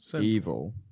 evil